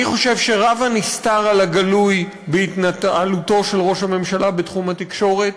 אני חושב שרב הנסתר על הגלוי בהתנהלותו של ראש הממשלה בתחום התקשורת.